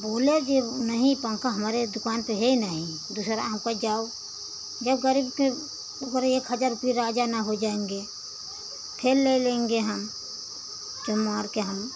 बोले जे नहीं पखा हमरे दुकान पे हे नहीं दूसरा हम कहे जाओ जब गरीब थे एक हजार रुपया राजा न हो जाएंगे फिर ले लेंगे हम जे मार के हम